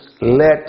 let